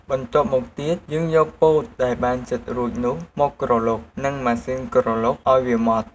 បន្ទាប់់មកទៀត យើងយកពោតដែលបានចិតរួចនោះមកក្រឡុកនឹងម៉ាស៊ីនក្រឡុកឱ្យវាម៉ដ្ឋ។